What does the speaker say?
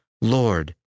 Lord